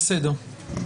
בסדר.